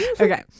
Okay